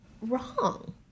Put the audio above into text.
wrong